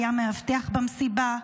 היה מאבטח במסיבה,